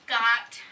Got